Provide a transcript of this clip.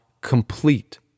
complete